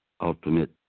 ultimate